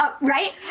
Right